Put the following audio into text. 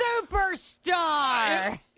superstar